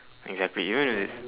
exactly even if it is